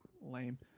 lame